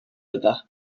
other